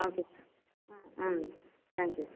okay sir ம் ம் thank you